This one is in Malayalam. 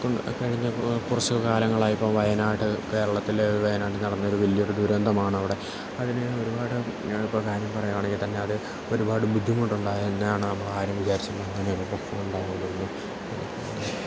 കഴിഞ്ഞ കുറച്ച് കാലങ്ങളായിപ്പോൾ വയനാട് കേരളത്തിലെ വയനാട് നടന്നൊരു വലിയൊരു ദുരന്തമാണവിടെ അതിന് ഒരുപാട് ഞാനിപ്പോൾ കാര്യം പറയുകയാണെങ്കിൽ തന്നെ അത് ഒരുപാട് ബുദ്ധിമുട്ടുണ്ടായെന്നാണ് ആരും വിചാരിച്ചില്ല അങ്ങനൊരു പ്രശ്നം ഉണ്ടാകും എന്നൊന്നും